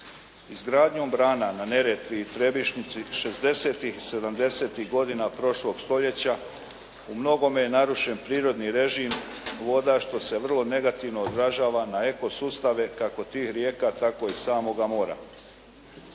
Izgradnjom brana na Neretvi i Trebišnjici šezdesetih, sedamdesetih godina prošlog stoljeća u mnogome je narušen prirodni režim voda što se vrlo negativno odražava na eko sustave kako tih rijeka tako i samoga mora.